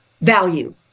Value